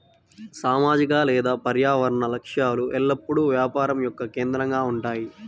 సామాజిక లేదా పర్యావరణ లక్ష్యాలు ఎల్లప్పుడూ వ్యాపారం యొక్క కేంద్రంగా ఉంటాయి